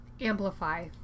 amplify